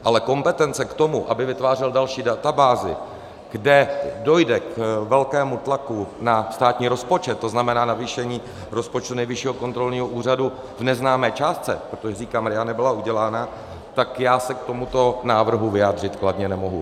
Ale kompetence k tomu, aby vytvářel další databázi, kde dojde k velkému tlaku na státní rozpočet, to znamená navýšení rozpočtu Nejvyššího kontrolního úřadu v neznámé částce, protože říkám, RIA nebyla udělána, tak já se k tomuto návrhu vyjádřit kladně nemohu.